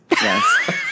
Yes